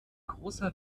großer